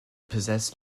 possessed